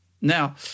Now